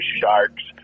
sharks